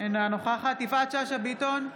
אינה נוכחת יפעת שאשא ביטון,